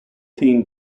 theme